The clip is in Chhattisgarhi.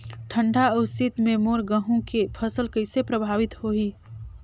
ठंडा अउ शीत मे मोर गहूं के फसल कइसे प्रभावित होही?